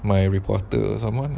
my reporter or someone lah